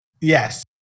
Yes